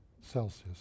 Celsius